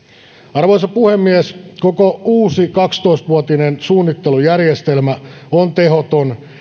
arvoisa puhemies koko uusi kaksitoista vuotinen suunnittelujärjestelmä on tehoton